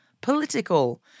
political